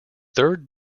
third